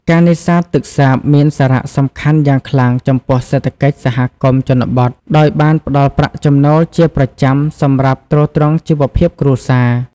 ការនេសាទទឹកសាបមានសារៈសំខាន់យ៉ាងខ្លាំងចំពោះសេដ្ឋកិច្ចសហគមន៍ជនបទ ដោយបានផ្ដល់ប្រាក់ចំណូលជាប្រចាំសម្រាប់ទ្រទ្រង់ជីវភាពគ្រួសារ។